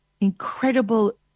incredible